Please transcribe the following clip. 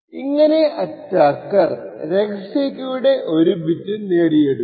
ഇങ്ങനെ അറ്റാക്കർ രഹസ്യ കീയുടെ ഒരു ബിറ്റ് നേടും